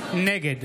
נגד